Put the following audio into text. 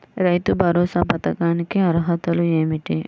రైతు భరోసా పథకానికి అర్హతలు ఏమిటీ?